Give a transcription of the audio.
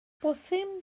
bwthyn